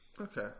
Okay